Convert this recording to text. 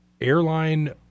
airline